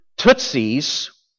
Tutsis